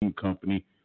company